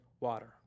water